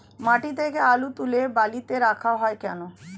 মাঠ থেকে আলু তুলে বালিতে রাখা হয় কেন?